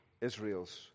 Israel's